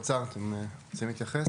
אוצר, אתם רוצים להתייחס?